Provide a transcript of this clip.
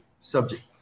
subject